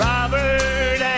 Robert